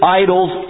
idols